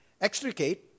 extricate